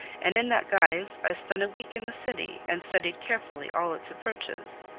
and in that guise i spent a week in the city and studied carefully all its approaches.